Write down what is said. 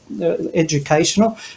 educational